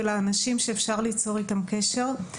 זה האנשים שאפשר ליצור איתם קשר.